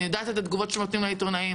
אני יודעת אילו תגובות שנותנים לעיתונאים,